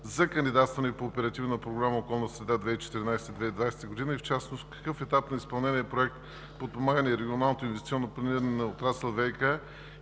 за кандидатстване по Оперативна програма „Околна среда 2014 – 2020“ и в частност в какъв етап на изпълнение е Проект „Подпомагане регионалното инвестиционно планиране на отрасъл ВиК“?